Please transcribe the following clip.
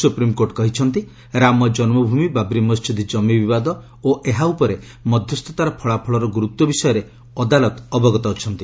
supreme court କହିଛନ୍ତି ରାମ ଜନ୍ମଭୂମି ବାବ୍ରି ମସ୍ଜିଦ୍ ଜମି ବିବାଦ ଓ ଏହା ଉପରେ ମଧ୍ୟସ୍ଥତାର ଫଳାଫଳର ଗୁରୁତ୍ୱ ବିଷୟରେ ଅଦାଲତ ଅବଗତ ଅଛନ୍ତି